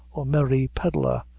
or merry pedlar,